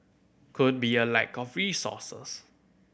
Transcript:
could be a lack of resources